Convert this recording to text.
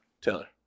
Taylor